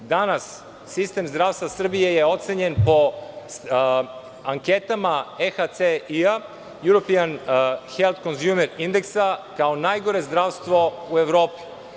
Danas sistem zdravstva Srbije je ocenjen po anketama NHCI i „Juropian help konvjument indeksa“ kao najgore zdravstvo u Evropi.